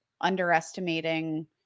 underestimating